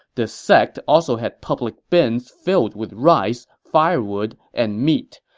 this sect also had public bins filled with rice, firewood, and meat.